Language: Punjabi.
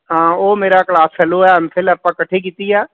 ਹਾਂ ਉਹ ਮੇਰਾ ਕਲਾਸ ਫੈਲੋ ਹੈ ਐਮਫਿਲ ਆਪਾਂ ਇਕੱਠੇ ਕੀਤੀ ਆ